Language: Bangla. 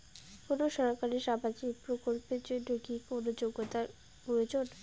কোনো সরকারি সামাজিক প্রকল্পের জন্য কি কোনো যোগ্যতার প্রয়োজন?